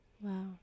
Wow